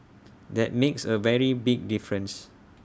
that makes A very big difference